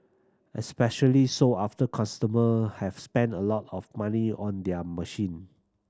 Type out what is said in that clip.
especially so after customer have spent a lot of money on their machine